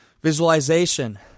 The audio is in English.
Visualization